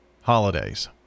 Holidays